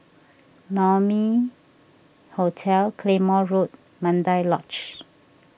Naumi Hotel Claymore Road Mandai Lodge